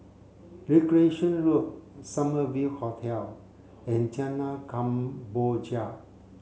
Recreation Road Summer View Hotel and Jalan Kemboja